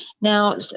Now